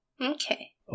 Okay